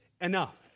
enough